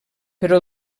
però